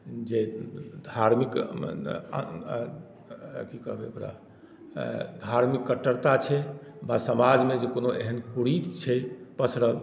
जे धार्मिक की कहबै ओकरा धार्मिक कट्टरता छै वा समाजमे जे कोनो एहन कुरीति छै पसरल